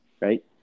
right